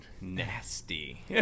Nasty